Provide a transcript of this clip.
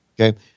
Okay